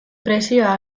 presioa